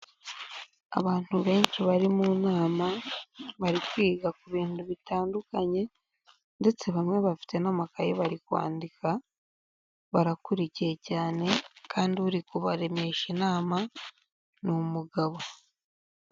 Abantu benshi bari mu nama bari kwiga ku bintu bitandukanye ndetse bamwe bafite n'amakaye bari kwandika, barakurikiye cyane kandi uri kubaremisha inama ni umugabo.